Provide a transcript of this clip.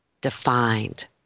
defined